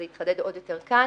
כפי שהתחדד עוד יותר כאן.